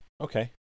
Okay